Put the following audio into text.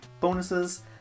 bonuses